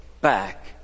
back